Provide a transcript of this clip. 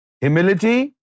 Humility